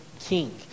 king